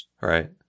right